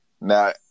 Now